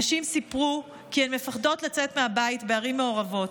נשים סיפרו כי הן מפחדות לצאת מהבית בערים מעורבות.